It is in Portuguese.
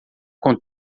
com